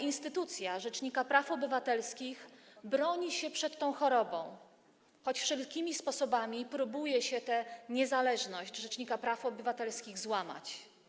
Instytucja rzecznika praw obywatelskich broni się przed tą chorobą, choć wszelkimi sposobami próbuje się tę niezależność rzecznika praw obywatelskich złamać.